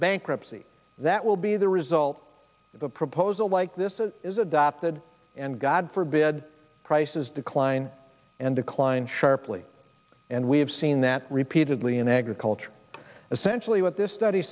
bankruptcy that will be the result of a proposal like this it is adopted and god forbid prices decline and declined sharply and we have seen that repeatedly in agriculture essentially what this study